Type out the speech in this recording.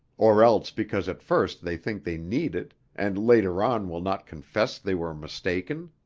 or else because at first they think they need it and later on will not confess they were mistaken?